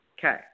Okay